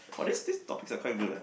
!wah! these these topics are quite good ah